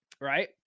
right